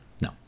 No